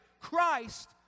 Christ